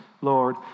Lord